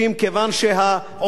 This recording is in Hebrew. חבר הכנסת נחמן שי,